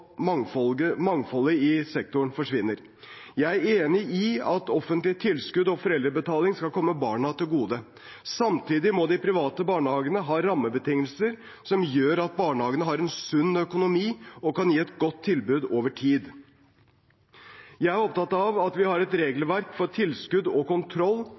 mangfoldet i sektoren forsvinner. Jeg er enig i at offentlige tilskudd og foreldrebetaling skal komme barna til gode. Samtidig må de private barnehagene ha rammebetingelser som gjør at barnehagene har en sunn økonomi og kan gi et godt tilbud over tid. Jeg er opptatt av at vi har et regelverk for tilskudd og kontroll